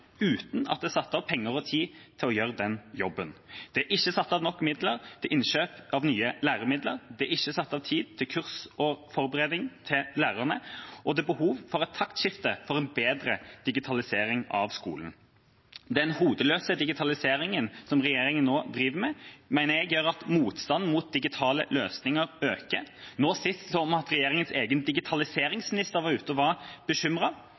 uten at det er satt av penger og tid til å gjøre den jobben. Det er ikke satt av nok midler til innkjøp av nye læremidler, det er ikke satt av tid til kurs og forberedelse for lærerne, og det er behov for et taktskifte for en bedre digitalisering av skolen. Den hodeløse digitaliseringen som regjeringa nå driver med, mener jeg gjør at motstanden mot digitale løsninger øker. Nå sist så vi at regjeringas egen digitaliseringsminister var ute og